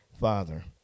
father